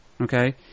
okay